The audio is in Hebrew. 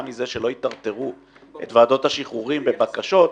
מזה שלא יטרטרו את ועדות השחרורים בבקשות,